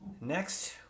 Next